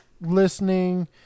Listening